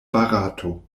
barato